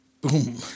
Boom